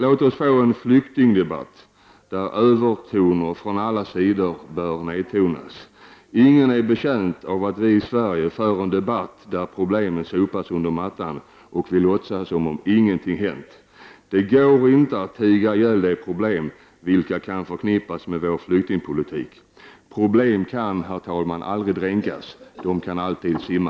Låt oss få en flyktingdebatt där övertoner från alla sidor nedtonas. Ingen är betjänt av att vi i Sverige för en debatt, där problemen sopas under mattan och vi låtsas som om ingenting hänt. Det går inte att tiga ihjäl de problem som kan förknippas med vår flyktingpolitik. Problem kan aldrig dränkas — de kan alltid simma.